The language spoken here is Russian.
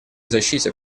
защите